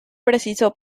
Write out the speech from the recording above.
preciso